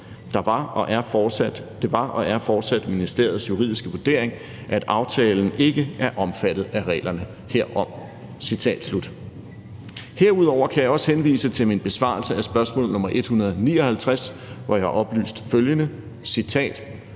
Det var og er fortsat ministeriets juridiske vurdering, at aftalen ikke er omfattet af reglerne herom.« Herudover kan jeg også henvise til min besvarelse af spørgsmål nr. 159, hvor jeg oplyste følgende, og